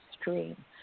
stream